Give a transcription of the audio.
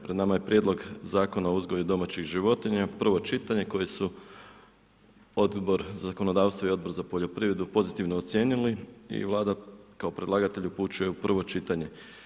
Pred nama je prijedlog Zakona o uzgoju domaćih životinja, prvo čitanje, koje su Odbor za zakonodavstvo i Odbor za poljoprivredu pozitivno ocijenili i Vlada kao predlagatelju upućuje u prvo čitanje.